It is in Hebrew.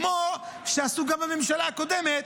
כמו שעשו גם בממשלה הקודמת,